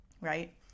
right